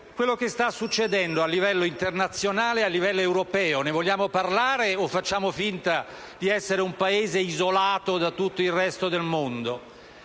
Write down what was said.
quello che sta succedendo a livello internazionale e a livello europeo vogliamo parlare o facciamo finta di essere un Paese isolato da tutto il resto del mondo?